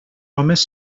homes